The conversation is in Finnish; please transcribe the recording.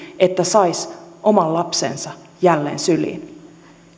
että saisi oman lapsensa jälleen syliin